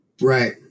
Right